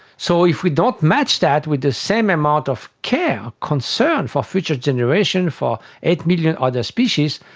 so if we don't match that with the same amount of care, concern for future generations, for eight million other species,